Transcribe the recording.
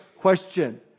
question